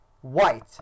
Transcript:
White